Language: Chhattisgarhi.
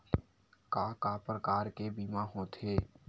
का का प्रकार के बीमा होथे?